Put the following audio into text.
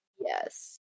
Yes